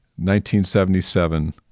1977